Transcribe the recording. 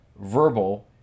verbal